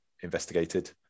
investigated